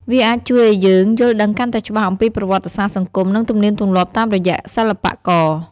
វាអាចជួយឲ្យយើងយល់ដឹងកាន់តែច្បាស់អំពីប្រវត្តិសាស្ត្រ សង្គម និងទំនៀមទម្លាប់តាមរយៈសិល្បករ។